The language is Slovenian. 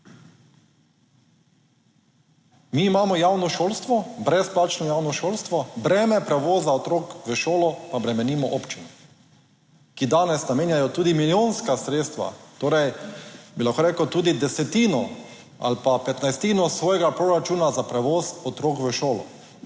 Mi imamo javno šolstvo, brezplačno javno šolstvo, breme prevoza otrok v šolo pa bremenimo občine, ki danes namenjajo tudi milijonska sredstva. Torej, bi lahko rekel tudi desetino ali pa 15. svojega proračuna za prevoz otrok v šolo,